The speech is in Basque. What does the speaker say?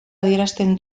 adierazten